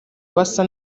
basa